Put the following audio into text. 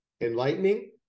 enlightening